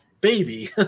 baby